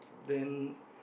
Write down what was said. then